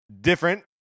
different